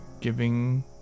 giving